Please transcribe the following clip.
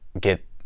get